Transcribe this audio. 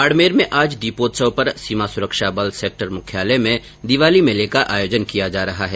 बाडमेर में आज दीपोत्सव पर सीमा सुरक्षा बल सैक्टर मुख्यालय में दिवाली मेले का आयोजन किया जा रहा है